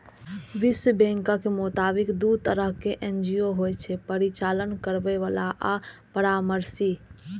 विश्व बैंकक मोताबिक, दू तरहक एन.जी.ओ होइ छै, परिचालन करैबला आ परामर्शी